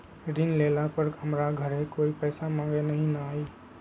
ऋण लेला पर हमरा घरे कोई पैसा मांगे नहीं न आई?